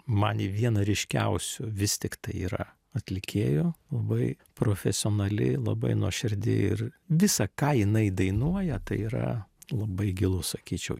man ji viena ryškiausių vis tiktai yra atlikėjų labai profesionali labai nuoširdi ir visa ką jinai dainuoja tai yra labai gilu sakyčiau